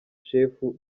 shefu